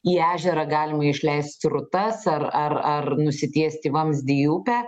į ežerą galima išleist srutas ar ar ar nusitiesti vamzdį į upę